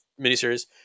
miniseries